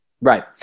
Right